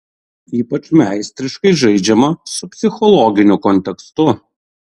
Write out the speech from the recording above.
ypač meistriškai žaidžiama su psichologiniu kontekstu